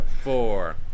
four